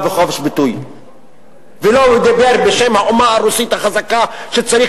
וחופש ביטוי ולא לדבר בשם האומה הרוסית החזקה שצריך